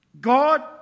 God